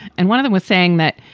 and one of them was saying that,